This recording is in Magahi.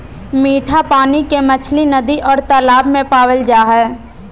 मिट्ठा पानी के मछली नदि और तालाब में पावल जा हइ